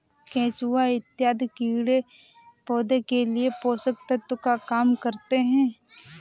केचुआ इत्यादि कीड़े पौधे के लिए पोषक तत्व का काम करते हैं